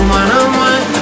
one-on-one